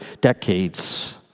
decades